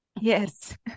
Yes